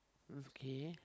K